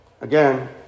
again